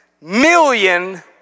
million